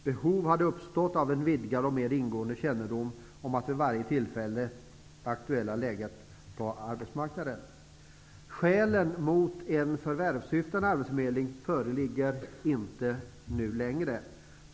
Behov hade uppstått av en vidgad och mer ingående kännedom om det vid varje tillfälle aktuella läget på arbetsmarknaden. Skälen mot en förvärvssyftande arbetsförmedling föreligger inte nu längre.